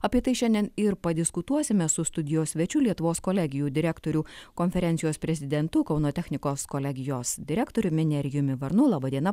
apie tai šiandien ir padiskutuosime su studijos svečiu lietuvos kolegijų direktorių konferencijos prezidentu kauno technikos kolegijos direktoriumi nerijumi varnu laba diena